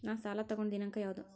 ನಾ ಸಾಲ ತಗೊಂಡು ದಿನಾಂಕ ಯಾವುದು?